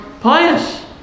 pious